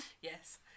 yes